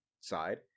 side